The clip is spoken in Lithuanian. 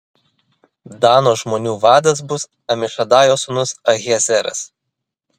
dano žmonių vadas bus amišadajo sūnus ahiezeras